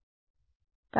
విద్యార్థి సరే